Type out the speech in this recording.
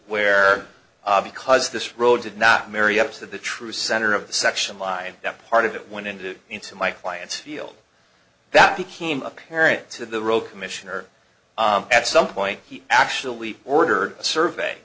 where because this road did not marry up so that the true center of the section line that part of it went into into my clients field that became apparent to the road commissioner at some point he actually ordered a survey